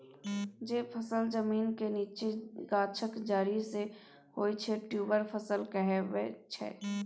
जे फसल जमीनक नीच्चाँ गाछक जरि सँ होइ छै ट्युबर फसल कहाबै छै